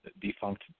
defunct